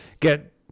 get